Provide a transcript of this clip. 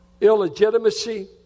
Illegitimacy